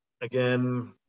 again